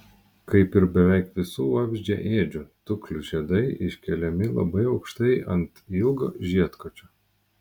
kaip ir beveik visų vabzdžiaėdžių tuklių žiedai iškeliami labai aukštai ant ilgo žiedkočio